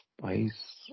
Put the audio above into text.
Spice